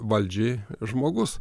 valdžiai žmogus